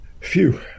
phew